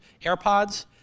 AirPods